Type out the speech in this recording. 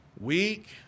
week